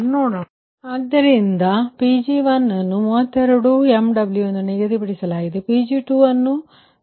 ಈಗ ಆದ್ದರಿಂದ Pg1 ಅನ್ನು 32 MW ಎಂದು ನಿಗದಿಪಡಿಸಲಾಗಿದೆ ಮತ್ತು Pg2 ಅನ್ನು ನಿಗದಿಪಡಿಸಲಾಗಿದೆ